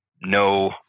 no